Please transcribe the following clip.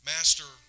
Master